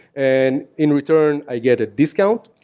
and in return, i get a discount.